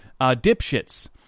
dipshits